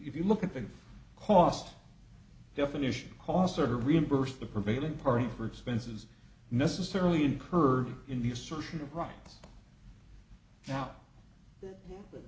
if you look at the cost definition costs are reimbursed the prevailing party for expenses necessarily incurred in